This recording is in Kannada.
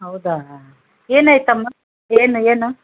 ಹೌದಾ ಏನಾಯಿತಮ್ಮ ಏನು ಏನು